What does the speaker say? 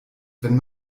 wenn